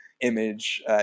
image